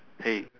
hey